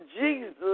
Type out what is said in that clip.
Jesus